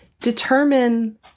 determine